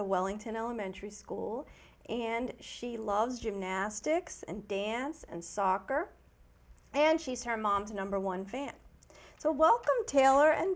the wellington elementary school and she loves gymnastics and dance and soccer and she's her mom's number one fan so welcome taylor and